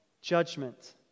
judgment